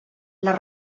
les